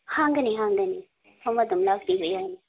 ꯍꯥꯡꯒꯅꯤ ꯍꯥꯡꯒꯅꯤ ꯁꯣꯝ ꯑꯗꯨꯝ ꯂꯥꯛꯄꯤꯕ ꯌꯥꯅꯤ